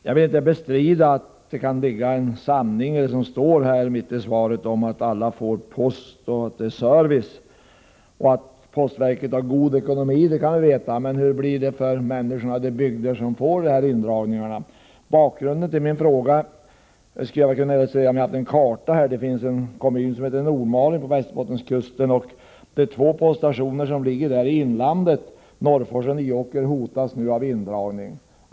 Jag vill inte bestrida att det kan ligga någon sanning i det som i svaret sägs om att alla får sin post och att det lämnas service. Att postverket har god ekonomi är en sak. Men hur blir det för människorna i de bygder som drabbas av indragningarna? I brist på en karta att hänvisa till vill jag säga följande beträffande bakgrunden till min fråga. I Nordmalings kommun finns två poststationer i inlandet, Norrfors och Nyåker, som nu hotas av indragning.